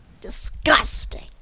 disgusting